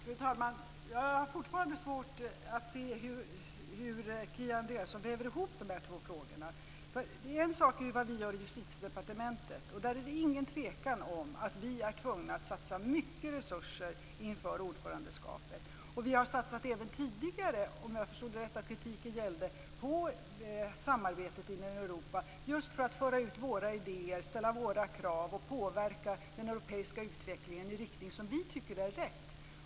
Fru talman! Jag har fortfarande svårt att se hur Kia Andreasson väver ihop dessa två frågor. En sak är ju vad vi gör i Justitiedepartementet. Och där är det ingen tvekan om att vi är tvungna att satsa mycket resurser inför ordförandeskapet. Och vi har satsat även tidigare - som kritiken gällde om jag förstod det rätt - på samarbetet inom Europa just för att föra ut våra idéer, ställa våra krav och påverka den europeiska utvecklingen i en riktning som vi tycker är riktig.